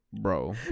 bro